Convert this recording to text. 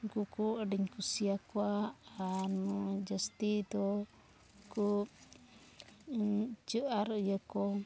ᱩᱱᱠᱩ ᱠᱚ ᱟᱹᱰᱤᱧ ᱠᱩᱥᱤ ᱟᱠᱚᱣᱟ ᱟᱨ ᱱᱚᱣᱟ ᱡᱟᱹᱥᱛᱤ ᱫᱚ ᱩᱱᱠᱩ ᱤᱪᱟᱹᱜ ᱟᱨ ᱤᱭᱟᱹ ᱠᱚ